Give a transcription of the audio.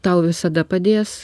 tau visada padės